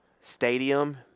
Stadium